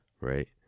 right